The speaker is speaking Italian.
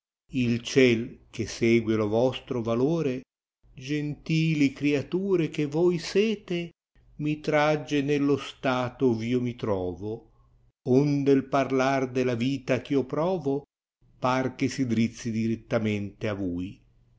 il ciel che segue lo vostro talore gentili criature che voi sete mi tregge nello stato otìo mi troo onde l parlar della vita ch'io proto par che si drizzi drittamente a yuì